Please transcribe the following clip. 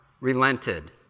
relented